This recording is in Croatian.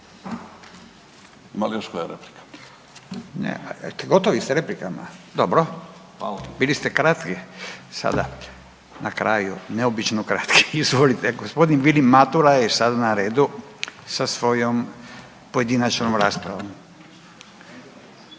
(Nezavisni)** Nema. Gotovi s replikama? Dobro, bili ste kratki sada na kraju, neobično kratki. Izvolite, g. Vilim Matula je sad na redu sa svojom pojedinačnom raspravom,